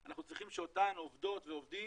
אנחנו צריכים שאותם עובדות ועובדים